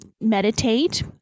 meditate